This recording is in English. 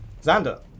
Xander